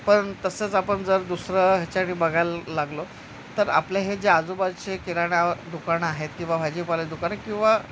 पण तसंच आपण जर दुसरं ह्याच्याने बघायला लागलो तर आपले हे जे आजूबाजूचे किराणा दुकानं आहेत किंवा भाजीपाले दुकान किंवा